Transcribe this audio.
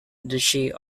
duchy